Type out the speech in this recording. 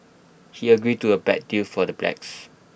he agreed to A bad deal for the blacks